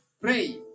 pray